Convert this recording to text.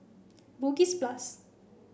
Bugis Plus